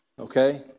Okay